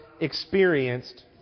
experienced